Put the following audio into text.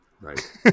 Right